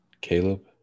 Caleb